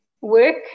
work